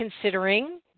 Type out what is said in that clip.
considering